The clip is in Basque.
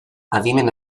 adimen